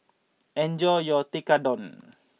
enjoy your Tekkadon